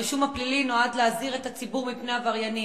הרישום הפלילי נועד להזהיר את הציבור מפני עבריינים,